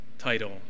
title